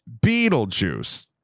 Beetlejuice-